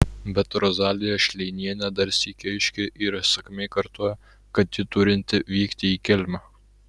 bet rozalija šleinienė dar sykį aiškiai ir įsakmiai kartoja kad ji turinti vykti į kelmę